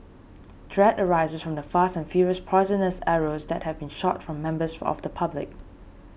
dread arises from the fast and furious poisonous arrows that have been shot from members of the public